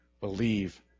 believe